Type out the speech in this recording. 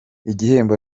igihembo